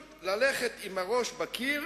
דבר שעד עכשיו התמודדנו אתו בקושי רב כדי